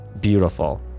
Beautiful